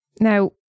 Now